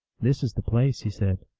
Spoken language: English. this is the place, he said.